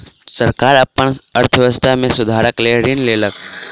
सरकार अपन अर्थव्यवस्था में सुधारक लेल ऋण लेलक